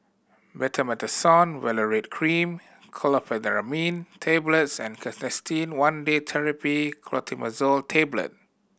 Betamethasone Valerate Cream Chlorpheniramine Tablets and Canesten One Day Therapy Clotrimazole Tablet